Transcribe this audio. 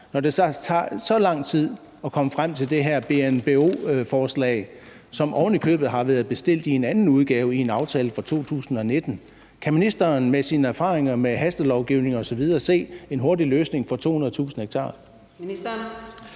når det tager så lang tid at komme frem til det her BNBO-forslag, som ovenikøbet har været bestilt i en anden udgave i en aftale fra 2019. Kan ministeren med sine erfaringer med hastelovgivning osv. se en hurtig løsning på 200.000 ha?